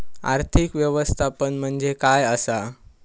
आर्थिक व्यवस्थापन म्हणजे काय असा?